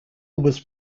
was